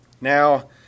Now